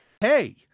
hey